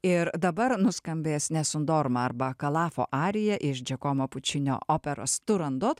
ir dabar nuskambės nessun dorma arba kalafo arija iš džiakomo pučinio operos turandot